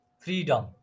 freedom